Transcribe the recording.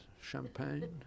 champagne